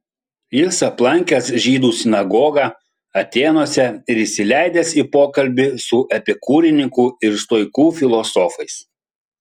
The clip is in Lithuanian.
jis aplankęs žydų sinagogą atėnuose ir įsileidęs į pokalbį su epikūrininkų ir stoikų filosofais